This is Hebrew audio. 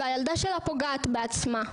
והילדה שלה פוגעת בעצמה,